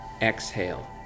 exhale